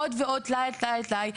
עוד ועדו טלאי על טלאי על טלאי.